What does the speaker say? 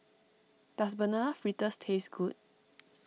does Banana Fritters taste good